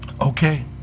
Okay